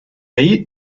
ahí